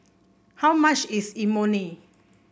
how much is Imoni